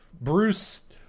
Bruce